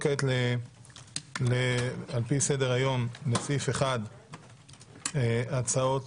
1. הצעת